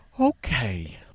Okay